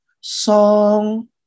song